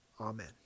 Amen